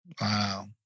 Wow